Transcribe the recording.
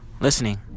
listening